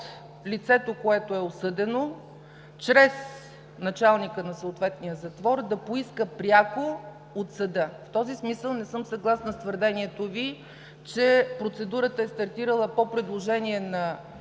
лицето, което е осъдено, чрез началника на съответния затвор, да поиска пряко от съда. В този смисъл не съм съгласна с твърдението Ви, че процедурата е стартирала по предложение на